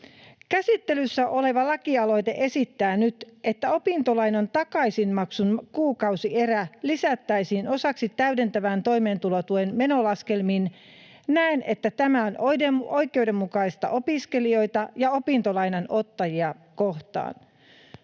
Käsittelyssä oleva lakialoite esittää nyt, että opintolainan takaisinmaksun kuukausierä lisättäisiin osaksi täydentävän toimeentulotuen menolaskelmiin. Näen, että tämä on oikeudenmukaista opiskelijoita ja opintolainan ottajia kohtaan.